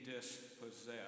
dispossessed